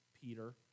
Peter